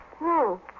No